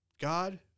God